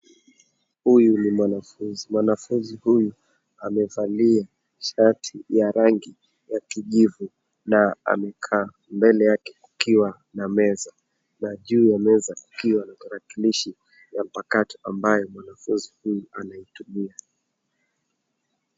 Huyu ni mwanafunzi. Mwanafunzi huyu amevalia shati ya rangi ya kijivu na amekaa mbele yake kukiwa na meza na juu ya meza kukiwa na tarakilishi ya mpakato ambayo mwanafunzi huyu anaitumia.